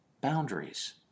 boundaries